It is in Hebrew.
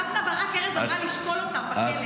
דפנה ברק-ארז אמרה לשקול אותם בכלא.